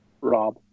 Rob